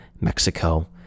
Mexico